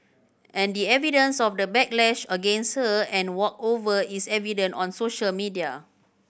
and the evidence of the backlash against her and walkover is evident on social media